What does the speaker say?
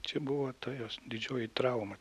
čia buvo ta jos didžioji trauma